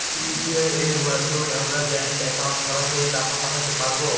UPI এর মাধ্যমে আমরা ব্যাঙ্ক একাউন্টে সরাসরি টাকা পাঠাতে পারবো?